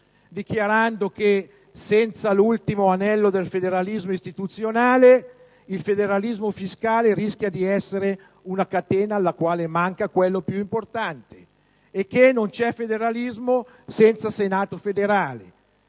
dichiarando che «senza l'ultimo anello del federalismo istituzionale, il federalismo fiscale rischia di essere una catena alla quale manca quello più importante», e che «non c'è federalismo senza Senato federale».